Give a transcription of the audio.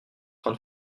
train